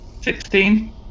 Sixteen